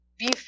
beef